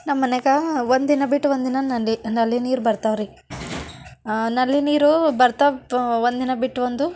ನಮ್ಮ ಮನೆಗೆ ಒಂದು ದಿನ ಬಿಟ್ಟು ಒಂದು ದಿನ ನಲ್ಲಿ ನಲ್ಲಿ ನೀರು ಬರ್ತಾವ್ರೀ ನಲ್ಲಿ ನೀರು ಬರ್ತಾವ ತು ಒಂದು ದಿನ ಬಿಟ್ಟು ಒಂದು